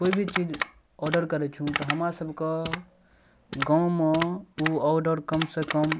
कोइ भी चीज औडर करै छी तऽ हमरा सबके गाँवमे ओ औडर कम सऽ कम